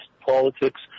politics